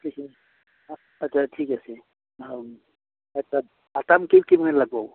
আচ্ছা ঠিক আছে আচ্ছা কি কিমান লাগব